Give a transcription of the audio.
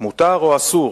מותר או אסור.